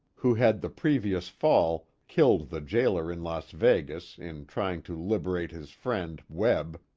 who had the previous fall killed the jailer in las vegas in trying to liberate his friend, webb,